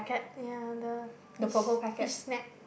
ya the fish fish snack